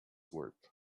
work